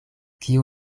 kiu